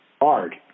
hard